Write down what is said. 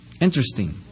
Interesting